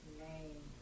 name